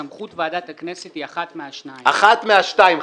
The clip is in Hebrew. סמכות ועדת הכנסת היא אחת מהשתיים --- אחת מהשתיים,